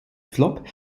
flop